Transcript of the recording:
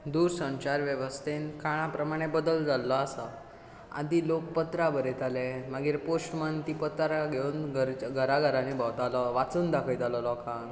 दूरसंचार वेवस्थेंत काळा प्रमाणें बदल जाल्लो आसा आदीं लोक पत्रां बरयताले मागीर पोस्टमॅन तीं पत्रां घेवन घरां घरांनी भोंवतालो वाचून दाखयतालो लोकांक